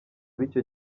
b’icyo